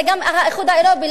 גם האיחוד האירופי,